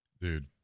dude